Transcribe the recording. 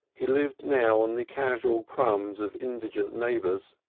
he lived now on the casual crumbs of indigent neighbors,